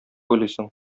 уйлыйсың